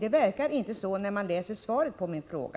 Det verkar så när man läser svaret på min fråga.